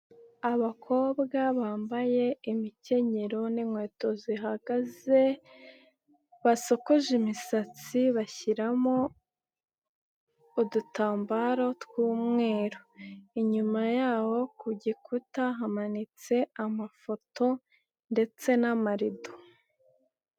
Abakobwa bambaye imikenyero n'inkweto zihagaze basokoje imisatsi bashyiramo udutambaro tw'umweru, inyuma yaho ku gikuta hamanitse amafoto ndetse n'amarido.